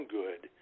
good